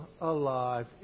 alive